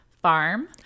farm